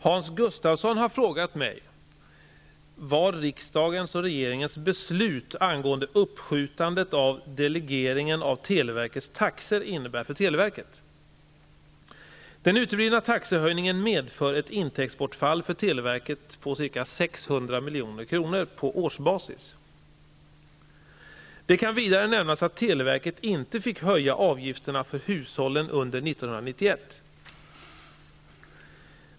Herr talman! Hans Gustafsson har frågat mig vad riksdagens och regeringens beslut angående uppskjutandet av delegeringen av televerkets taxor innebär för televerket. Den uteblivna taxehöjningen medför ett intäktsbortfall för televerket på ca 600 milj.kr. på årsbasis. Det kan vidare nämnas att televerket inte fick höja avgifterna för hushållen under 1991.